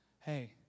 Hey